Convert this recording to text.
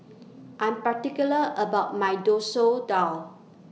I'm particular about My Dosoor Dal